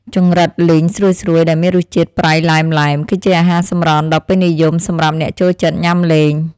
ចង្រិតលីងស្រួយៗដែលមានរសជាតិប្រៃឡែមៗគឺជាអាហារសម្រន់ដ៏ពេញនិយមសម្រាប់អ្នកចូលចិត្តញ៉ាំលេង។